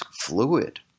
fluid